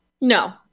No